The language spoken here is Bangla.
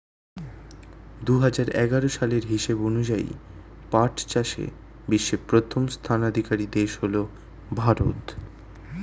দুহাজার এগারো সালের হিসাব অনুযায়ী পাট চাষে বিশ্বে প্রথম স্থানাধিকারী দেশ হল ভারত